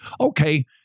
Okay